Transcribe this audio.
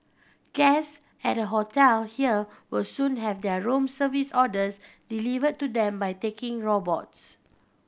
guests at a hotel here will soon have their room service orders delivered to them by talking robots